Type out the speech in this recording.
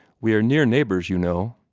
we are near neighbors, you know.